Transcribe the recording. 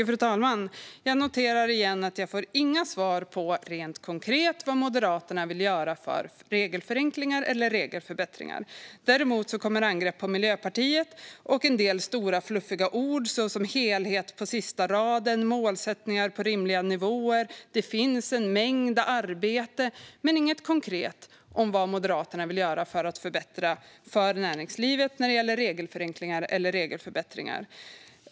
Fru talman! Jag noterar igen att jag inte får några svar om vad Moderaterna rent konkret vill göra för regelförenklingar eller regelförbättringar. Däremot kommer angrepp på Miljöpartiet och en del stora, fluffiga ord: som helhet, på sista raden, målsättningar på rimliga nivåer. Det sägs att det finns en mängd arbete, men det kommer inget konkret om vad Moderaterna vill göra för att förbättra för näringslivet genom regelförenklingar eller regelförbättringar.